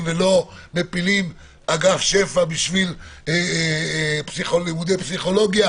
ולא מפילים אגף שפ"ע בגלל לימודי פסיכולוגיה